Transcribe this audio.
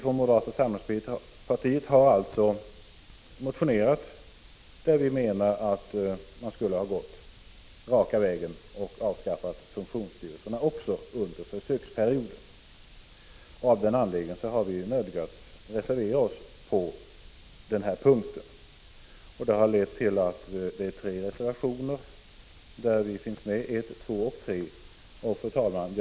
Från moderata samlingspartiet har vi alltså motionerat och menat att man borde ha gått raka vägen och avskaffat funktionsstyrelserna också under försöksperioden. Eftersom utskottsmajoriteten inte har biträtt motionen, har vi reserverat oss på den här punkten, och det har lett till att det finns tre reservationer där de moderata ledamöternas namn finns med. Fru talman!